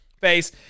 face